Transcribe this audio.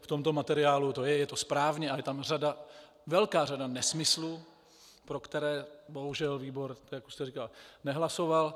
V tomto materiálu to je, je to správně a je tam řada, velká řada nesmyslů, pro které bohužel výbor, jak už jste říkal, nehlasoval.